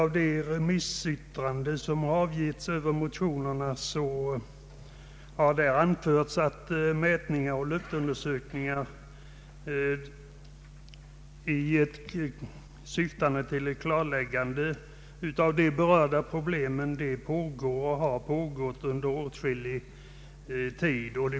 I de remissyttranden som avgetts över motionerna har anförts att mätningar och luftundersökningar syftande till ett klarläggande av här berörda problem pågår och har pågått under åtskillig tid.